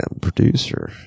producer